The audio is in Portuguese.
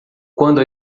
quando